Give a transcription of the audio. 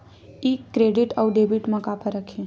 ये क्रेडिट आऊ डेबिट मा का फरक है?